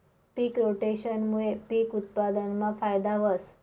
पिक रोटेशनमूये पिक उत्पादनमा फायदा व्हस